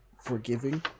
forgiving